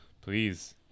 please